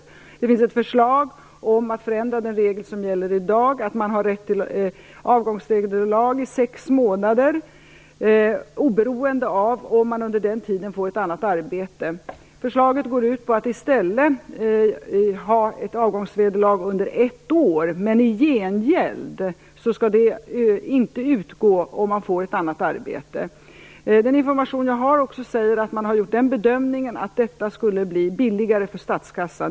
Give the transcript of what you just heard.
Vidare finns det ett förslag om att förändra den regel som gäller i dag, nämligen att man har rätt till avgångsvederlag i sex månader oberoende av om man under den tiden får ett annat arbete. Förslaget går ut på att i stället få avgångsvederlag under ett år. I gengäld skall det inte utgå om man får ett annat arbete. Den information jag har är att man gjort bedömningen att detta skulle bli billigare för statskassan.